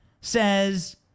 says